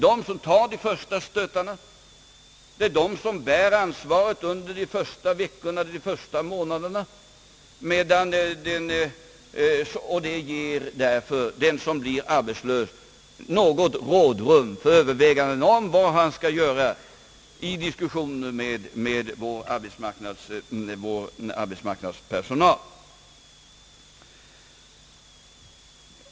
De får ta de första stötarna och de får bära ansvaret under de första veckorna och månaderna, vilket ger den som har blivit arbetslös något rådrum för övervägande om vad han skall göra i diskussion med vår arbetstmarknadspersonal.